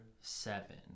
seven